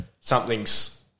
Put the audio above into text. something's